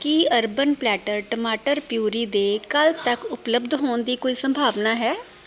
ਕੀ Urban Platter ਟਮਾਟਰ puree ਦੇ ਕੱਲ੍ਹ ਤੱਕ ਉਪਲੱਬਧ ਹੋਣ ਦੀ ਕੋਈ ਸੰਭਾਵਨਾ ਹੈ